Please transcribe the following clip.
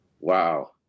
wow